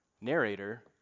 narrator